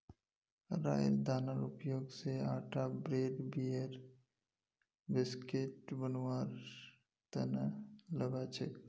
राईयेर दानार उपयोग स आटा ब्रेड बियर व्हिस्की बनवार तना लगा छेक